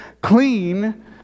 clean